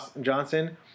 Johnson